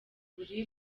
buri